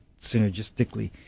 synergistically